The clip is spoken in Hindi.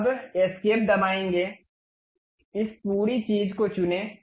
अब एस्केप दबाएंगे इस पूरी चीज़ को चुनें